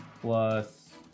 plus